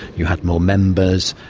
you had more members,